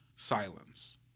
Silence